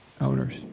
owners